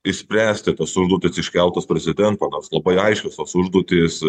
išspręsti tas užduotis iškeltas prezidento nors labai aiškios tos užduotys